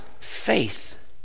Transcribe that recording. faith